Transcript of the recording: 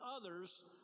others